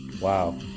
Wow